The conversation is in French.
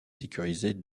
sécurisée